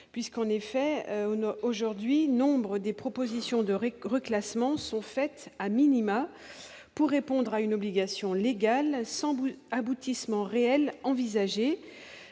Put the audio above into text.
puisqu'en effet au aujourd'hui nombre des propositions d'Eureco reclassements sont faites à minima pour répondre à une obligation légale sans brut aboutissements réels envisager